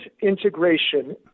integration